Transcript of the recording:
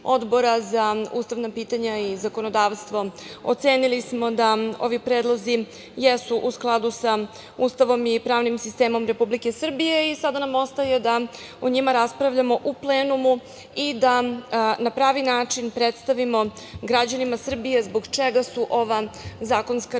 za ustavna pitanja i zakonodavstvo ocenili smo da ovi predlogu jesu u skladu sa Ustavom i pravnim sistemom Republike Srbije i sada nam ostaje da o njima raspravljamo u plenumu i da na pravi način prestavimo građanima Srbije zbog čega su ova zakonska rešenja